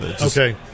Okay